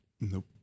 Nope